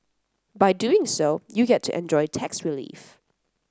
by doing so you get to enjoy tax relief